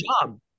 job